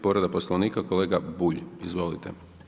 Povreda Poslovnika, kolega Bulj, izvolite.